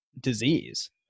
disease